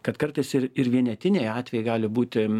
kad kartais ir ir vienetiniai atvejai gali būti